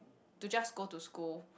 to just go to school